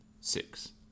Six